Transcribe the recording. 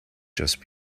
just